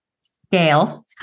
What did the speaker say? scale